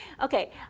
Okay